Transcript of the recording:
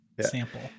sample